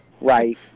Right